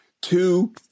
Two